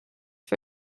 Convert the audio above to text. for